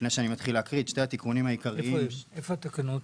בתיקון הזה לתקנות